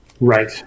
Right